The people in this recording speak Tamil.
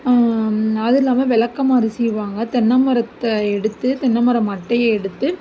அதுவும் இல்லாமல் விளக்கமாறு செய்வாங்கள் தென்னமரத்தை எடுத்து தென்னைமர மட்டையை எடுத்து